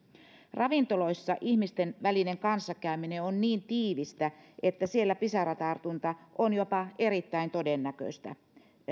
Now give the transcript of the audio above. ravintoloissa ihmisten välinen kanssakäyminen on niin tiivistä että siellä pisaratartunta on jopa erittäin todennäköistä